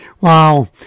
Wow